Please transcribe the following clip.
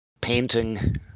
painting